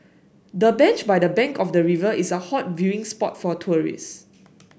the bench by the bank of the river is a hot viewing spot for tourist